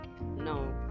no